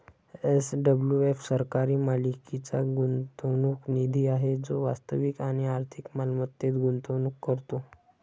SWF सरकारी मालकीचा गुंतवणूक निधी आहे जो वास्तविक आणि आर्थिक मालमत्तेत गुंतवणूक करतो